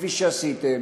כפי שעשיתם,